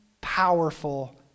powerful